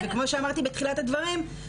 וכמו שאמרתי בתחילת הדברים,